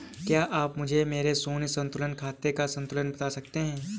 क्या आप मुझे मेरे शून्य संतुलन खाते का संतुलन बता सकते हैं?